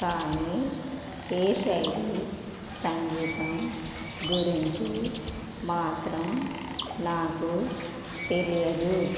కానీ ఏ శైలి సంగీతం గురించి మాత్రం నాకు తెలియదు